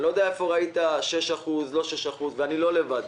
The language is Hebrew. אני לא יודע איפה ראית 6%, לא 6%. ואני לא לבד.